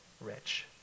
rich